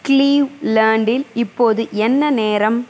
கிளீவ்லேண்டில் இப்போது என்ன நேரம்